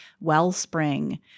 wellspring